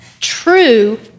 true